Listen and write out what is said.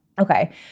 Okay